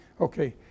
Okay